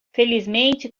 felizmente